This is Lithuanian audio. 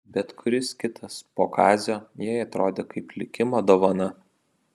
bet kuris kitas po kazio jai atrodė kaip likimo dovana